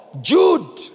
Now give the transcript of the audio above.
Jude